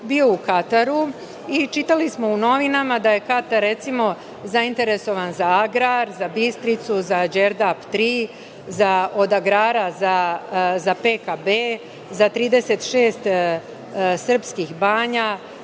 bio u Kataru i čitali smo u novinama da je Katar, recimo, zainteresovan za agrar, za Bistricu, za Đerdap III, od agrara za PKB, za 36 srpskih banja,